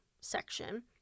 section